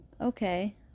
Okay